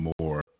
more